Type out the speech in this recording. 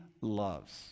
loves